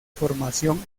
formación